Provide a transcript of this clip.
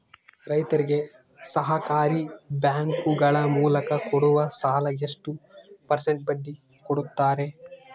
ರೈತರಿಗೆ ಸಹಕಾರಿ ಬ್ಯಾಂಕುಗಳ ಮೂಲಕ ಕೊಡುವ ಸಾಲ ಎಷ್ಟು ಪರ್ಸೆಂಟ್ ಬಡ್ಡಿ ಕೊಡುತ್ತಾರೆ?